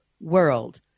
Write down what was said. world